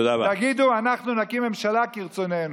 תגידו: אנחנו נקים ממשלה כרצוננו.